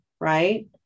right